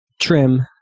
trim